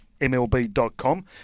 MLB.com